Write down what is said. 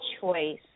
choice